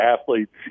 athletes